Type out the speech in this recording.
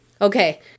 Okay